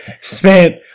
spent